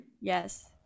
Yes